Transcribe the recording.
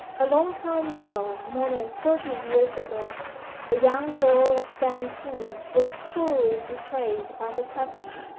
a long time ago more than thirty years ago a young girl of seventeen was cruelly betrayed by her cousin,